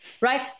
right